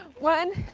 one,